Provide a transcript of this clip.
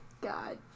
God